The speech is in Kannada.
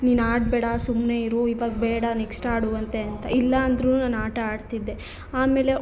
ನೀನು ಆಡಬೇಡ ಸುಮ್ಮನೆ ಇರು ಇವಾಗ ಬೇಡ ನೆಕ್ಸ್ಟ್ ಆಡುವಂತೆ ಅಂತ ಇಲ್ಲ ಅಂದ್ರೂ ನಾನು ಆಟ ಆಡ್ತಿದ್ದೆ ಆಮೇಲೆ